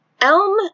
Elm